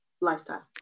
lifestyle